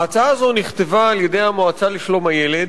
ההצעה הזאת נכתבה על-ידי המועצה לשלום הילד